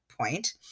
point